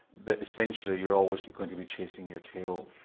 but essentially you're always going to be chasing your tail.